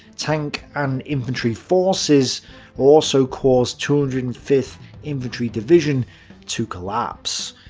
tanks and infantry forces also caused two hundred and fifth infantry division to collapse.